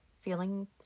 Feeling